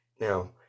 Now